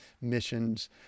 missions